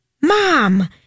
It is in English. Mom